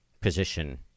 position